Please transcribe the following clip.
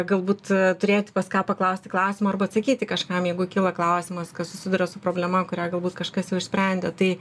galbūt turėti pas ką paklausti klausimo arba atsakyti kažkam jeigu kyla klausimas kas susiduria su problema kurią galbūt kažkas jau išsprendė tai